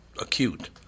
acute